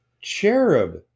cherub